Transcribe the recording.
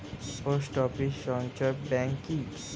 Post office সঞ্চয় bank কি?